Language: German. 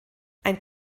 ein